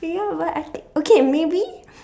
ya but okay maybe